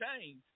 change